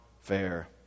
fair